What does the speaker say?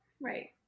Right